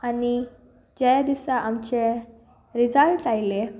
आनी जे दिसा आमचें रिजल्ट आयले